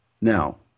Now